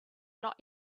not